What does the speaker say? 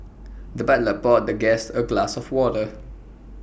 the butler poured the guest A glass of water